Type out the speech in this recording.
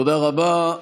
תודה רבה.